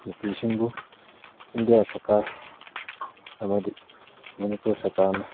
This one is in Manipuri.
ꯅꯨꯄꯤꯕꯨ ꯏꯟꯗꯤꯌꯥ ꯁꯔꯀꯥꯔ ꯑꯃꯗꯤ ꯃꯅꯤꯄꯨꯔ ꯁꯔꯀꯥꯔꯅ